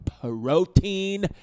protein